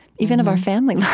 even of our family life.